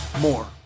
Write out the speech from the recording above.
more